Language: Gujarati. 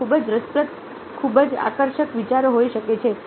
તેઓ ખૂબ જ રસપ્રદ ખૂબ ખૂબ જ આકર્ષક વિચારો હોઈ શકે છે